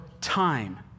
time